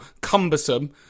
cumbersome